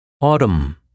Autumn